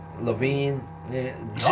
Levine